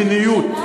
זה מדיניות.